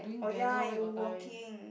oh ya you working